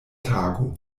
tago